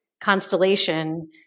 constellation